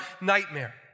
nightmare